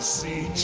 see